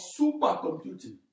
supercomputing